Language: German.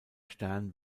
stern